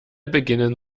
beginnen